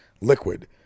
liquid